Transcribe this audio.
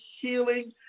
healing